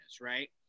right